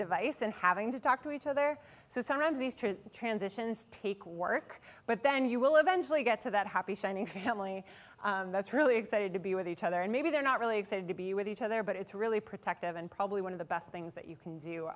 device and having to talk to each other so sometimes these true transitions take work but then you will eventually get to that happy shiny family that's really excited to be with each other and maybe they're not really excited to be with each other but it's really protective and probably one of the best things that you can do